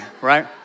right